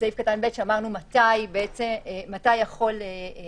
שבסעיף קטן (ב) שאמרנו מתי יכול נשיא